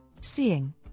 Seeing